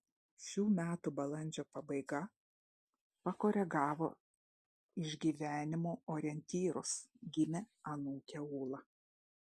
šių metų balandžio pabaiga pakoregavo išgyvenimų orientyrus gimė anūkė ūla